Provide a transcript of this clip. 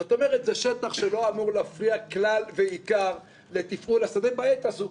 זאת אומרת שזה שטח שלא אמור להפריע כלל ועיקר לתפעול השדה בעת הזו.